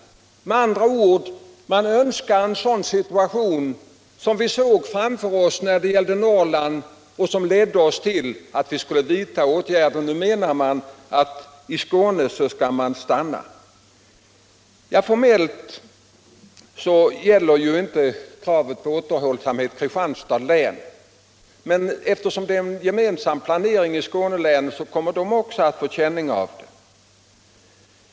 Man önskar med andra ord bibehålla den situation som vi såg framför oss i Norrland och som föranledde oss att vidta åtgärder där. Formellt gäller inte kravet på återhållsamhet Kristianstads län. Men eftersom det sker en gemensam planering i Skånelänen, kommer man även i Kristianstad att få känning av detta.